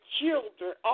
children